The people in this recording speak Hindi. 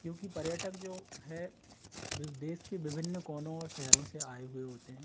क्योंकि पर्यटक जो है देश के विभिन्न कोनों और शहरों से आए हुए होते हैं